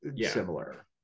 similar